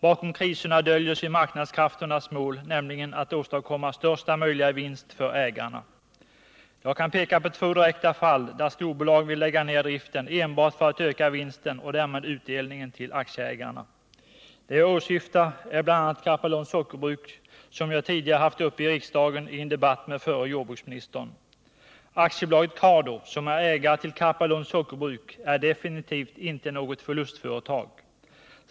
Bakom kriserna döljer sig marknadskrafternas mål, nämligen att åstadkomma största möjliga vinst för ägarna. Jag kan peka på två direkta fall, där storbolag vill lägga ned driften enbart för att öka vinsten och därmed utdelningen till aktieägarna. Jag åsyftar bl.a. Karpalunds Sockerbruk, som jag tidigare haft uppe i riksdagen i en debatt med förre jordbruksministern. AB Cardo, som är ägare till Karpalunds Sockerbruk, är definitivt inte något förlustföretag.